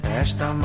esta